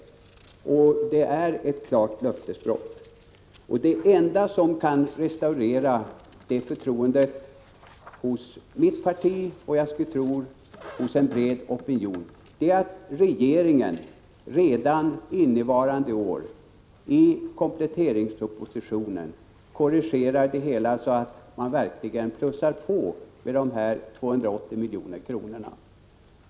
Det har skett ett klart löftesbrott, och det enda som kan restaurera det förtroendet hos mitt parti, och jag skulle tro hos en bred opinion, är att regeringen redan innevarande år i kompletteringspropositionen korrigerar det hela så att man verkligen lägger till dessa 280 milj.kr.